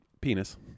penis